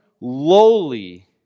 lowly